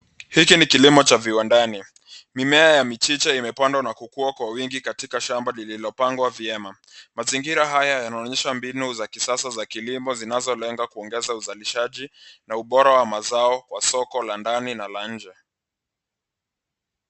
Hiki ni kilimo cha viwandani. Mimea ya michicha imepandwa na kukua kwa wingi katika shamba lililopangwa vyema. Mazingira haya yanaonyesha mbinu za kisasa za kilimo zinazolenga kuongeza uzalishaji na ubora wa mazao wa soko la ndani na la nje.